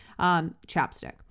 Chapstick